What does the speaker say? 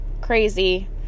crazy